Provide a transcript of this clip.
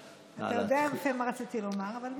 טוב, אתה יודע יפה מה רציתי לומר, אבל בסדר.